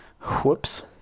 Whoops